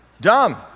Dumb